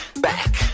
back